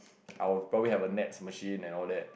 I would probably have nets machine and all that